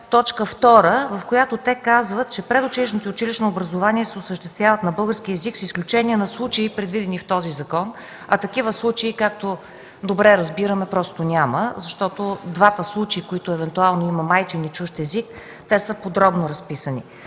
е т. 2, в която те казват, че предучилищното и училищно образование се осъществяват на български език с изключение на случаи, предвидени в този закон. А такива случаи, както добре разбираме, просто няма, защото двата случая, в които евентуално има майчин и чужд език, са подробно разписани.